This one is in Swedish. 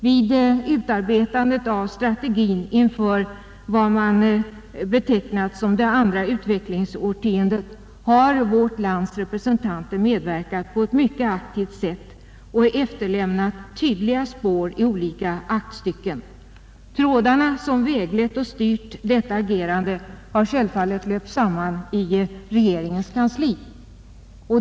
Vid utarbetandet av strategin inför det som man betecknat som det andra utvecklingsårtiondet har vårt lands representanter medverkat på ett mycket aktivt sätt och efterlämnat tydliga spår i olika aktstycken. De trådar som väglett och styrt detta agerande har självfallet löpt samman i regeringens kansli.